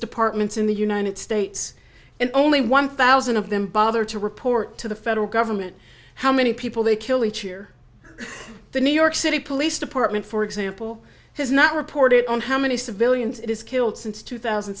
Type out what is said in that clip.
departments in the united states and only one thousand of them bother to report to the federal government how many people they kill each year the new york city police department for example has not reported on how many civilians it is killed since two thousand